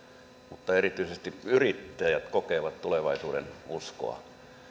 mutta erityisesti yrittäjät kokevat tulevaisuudenuskoa